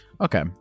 Okay